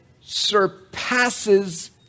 surpasses